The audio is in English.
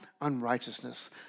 unrighteousness